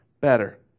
better